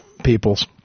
People's